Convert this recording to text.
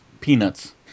peanuts